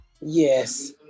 yes